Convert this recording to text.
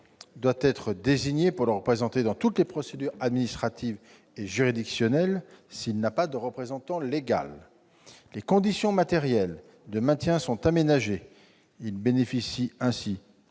doit être désigné pour le représenter dans le cadre de toutes les procédures administratives et juridictionnelles, s'il n'a pas de représentant légal. En outre, les conditions matérielles de maintien sont aménagées : il bénéficie ainsi,